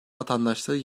vatandaşları